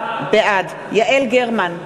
בעד יעל גרמן,